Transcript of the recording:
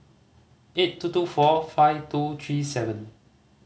eight two two four five two three seven